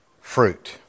fruit